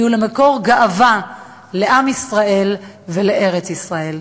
יהיה למקור גאווה לעם ישראל ולארץ-ישראל.